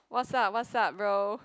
what's up what's up bro